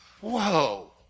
Whoa